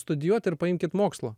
studijuot ir paimkit mokslo